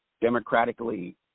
democratically